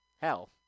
hell